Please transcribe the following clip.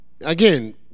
again